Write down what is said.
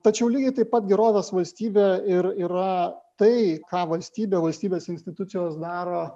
tačiau lygiai taip pat gerovės valstybė ir yra tai ką valstybė valstybės institucijos daro